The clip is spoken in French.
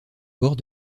bord